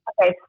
Okay